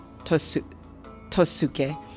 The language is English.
Tosuke